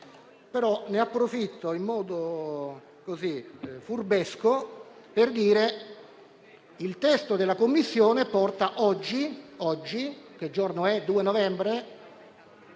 ne approfitto in modo furbesco per dire che il testo della Commissione porta oggi, 2 novembre,